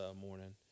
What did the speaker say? morning